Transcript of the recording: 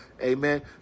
Amen